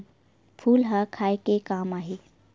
फूल ह खाये के काम आही?